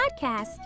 podcast